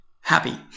happy